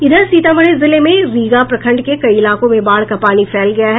इधर सीतामढ़ी जिले में रीगा प्रखंड के कई इलाकों में बाढ़ का पानी फैल गया है